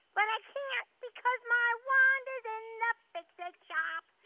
but i can't because my wand is in the fix it shop.